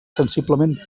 sensiblement